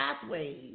pathways